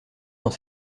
dans